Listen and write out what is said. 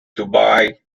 dubai